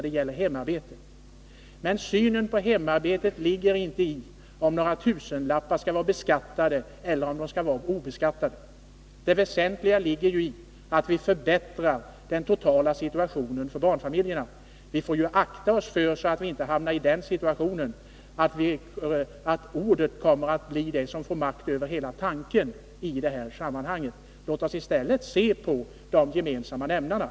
I fråga om hemarbetet gäller det inte om några tusenlappar skall vara beskattade eller obeskattade. Det väsentliga är att vi förbättrar den totala situationen för barnfamiljerna. Vi får akta oss för att hamna i den situationen att ordet kommer att få makt över tanken i det här sammanhanget. Låt oss i stället se på de gemensamma nämnarna.